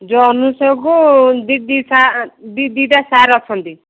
ଯେଉଁ କୁ ଦୁଇ ଦୁଇଟା ସାର୍ ଅଛନ୍ତି